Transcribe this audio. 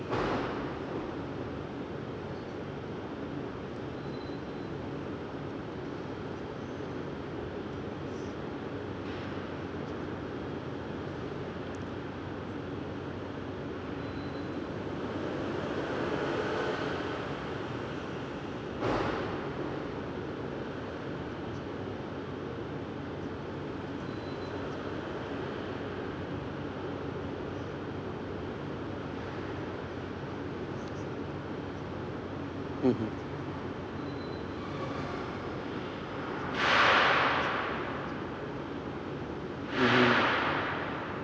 mmhmm mmhmm